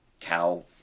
cow